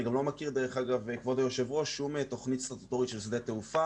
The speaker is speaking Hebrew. אני גם לא מכיר שום תוכנית סטטוטורית של שדה תעופה